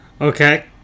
okay